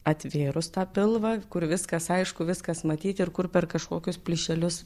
atvėrus tą pilvą kur viskas aišku viskas matyti ir kur per kažkokius plyšelius